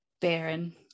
baron